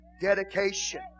dedication